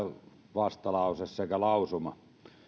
vastalause sekä lausuma